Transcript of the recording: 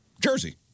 jersey